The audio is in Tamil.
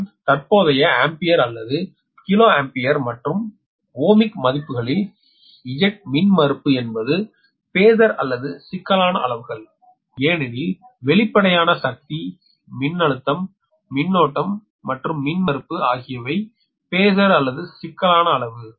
நான் தற்போதைய ஆம்பியர் அல்லது கிலோ ஆம்பியர் மற்றும் ஓமிக் மதிப்புகளில் Z மின்மறுப்பு என்பது பேஸர் அல்லது சிக்கலான அளவுகள் ஏனெனில் வெளிப்படையான சக்தி மின்னழுத்தம் மின்னோட்டம் மற்றும் மின்மறுப்பு ஆகியவை பேஸர் அல்லது சிக்கலான அளவு